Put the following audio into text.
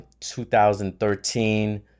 2013